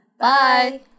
bye